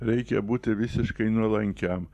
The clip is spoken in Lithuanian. reikia būti visiškai nuolankiam